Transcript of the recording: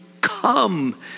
come